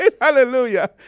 Hallelujah